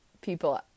people